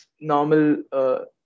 normal